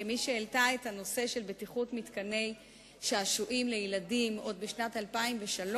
כמי שהעלתה את הנושא של בטיחות מתקני שעשועים לילדים עוד בשנת 2003,